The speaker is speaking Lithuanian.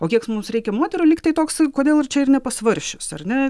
o kiek mums reikia moterų lygtai toks kodėl ir čia ir nepasvarsčius ar ne